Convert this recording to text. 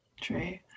True